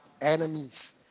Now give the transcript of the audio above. enemies